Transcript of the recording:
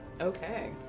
Okay